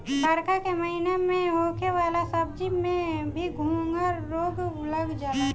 बरखा के महिना में होखे वाला सब्जी में भी घोघा रोग लाग जाला